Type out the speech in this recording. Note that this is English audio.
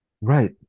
Right